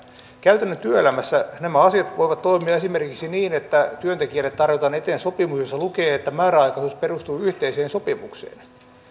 käytännön työelämässä nämä asiat voivat toimia esimerkiksi niin että työntekijälle tarjotaan eteen sopimus jossa lukee että määräaikaisuus perustuu yhteiseen sopimukseen